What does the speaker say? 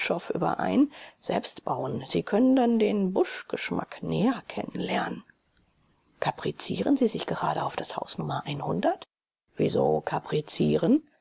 überein selbst bauen sie können dann den busch geschmack näher kennenlernen kaprizieren sie sich gerade auf das haus nummer einhundert wieso kaprizieren